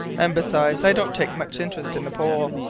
and, besides, i don't take much interest in the pole,